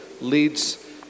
leads